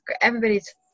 everybody's